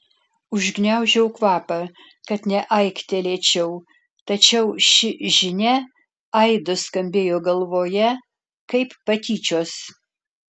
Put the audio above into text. užgniaužiau kvapą kad neaiktelėčiau tačiau ši žinia aidu skambėjo galvoje kaip patyčios